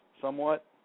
somewhat